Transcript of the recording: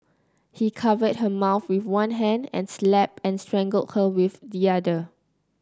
he covered her mouth with one hand and slapped and strangled her with the other